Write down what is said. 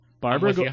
Barbara